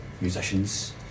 musicians